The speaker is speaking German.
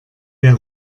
der